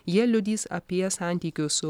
jie liudys apie santykius su